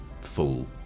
full